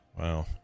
Wow